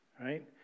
right